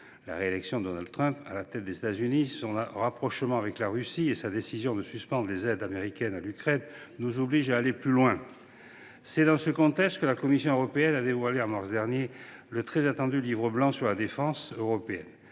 La réélection de Donald Trump à la tête des États Unis, son rapprochement avec la Russie et sa décision de suspendre les aides américaines à l’Ukraine nous obligent à aller plus loin. C’est dans ce contexte que la Commission européenne a dévoilé en mars dernier le très attendu livre blanc sur la défense européenne.